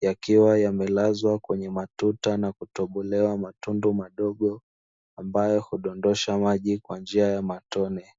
yakiwa yamelazwa kwenye matuta na kutobolewa matundu madogo ambayo hudondosha maji kwa njia ya matone.